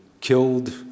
killed